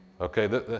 Okay